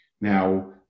Now